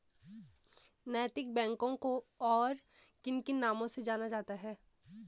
नैतिक बैंकों को और किन किन नामों से जाना जाता है?